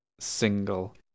single